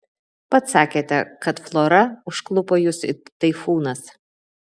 pats sakėte kad flora užklupo jus it taifūnas